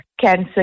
cancer